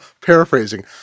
paraphrasing